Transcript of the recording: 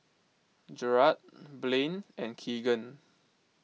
Jarrad Blane and Keagan